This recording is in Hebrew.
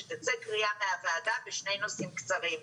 שתצא קריאה מהוועדה בשני נושאים קצרים.